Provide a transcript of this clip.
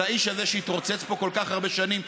של האיש הזה שהתרוצץ פה כל כך הרבה שנים.